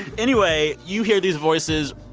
and anyway, you hear these voices.